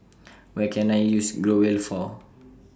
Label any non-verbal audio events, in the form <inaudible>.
<noise> What Can I use Growell For